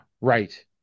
right